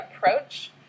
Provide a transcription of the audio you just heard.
approach